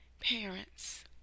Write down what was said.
parents